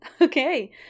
Okay